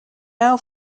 owl